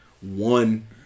one